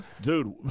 Dude